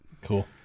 Cool